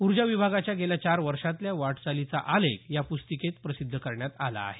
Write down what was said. ऊर्जा विभागाचा गेल्या चार वर्षातल्या वाटचालीचा आलेख या प्स्तिकेत प्रसिद्ध करण्यात आला आहे